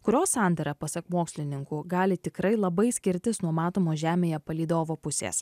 kurios sandara pasak mokslininkų gali tikrai labai skirtis nuo matomo žemėje palydovo pusės